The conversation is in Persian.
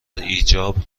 ایجاب